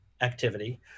activity